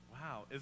Wow